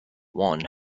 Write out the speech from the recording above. juan